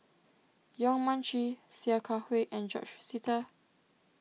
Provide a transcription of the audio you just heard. Yong Mun Chee Sia Kah Hui and George Sita